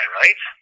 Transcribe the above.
right